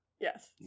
Yes